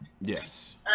Yes